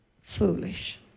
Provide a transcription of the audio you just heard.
Foolish